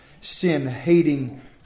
sin-hating